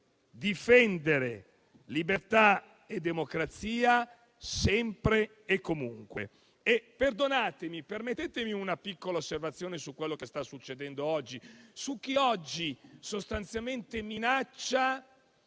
difendere libertà e democrazia sempre e comunque. Permettetemi una piccola osservazione su quello che sta succedendo oggi, su chi sostanzialmente minaccia